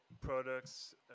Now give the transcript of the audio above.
products